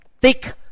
thick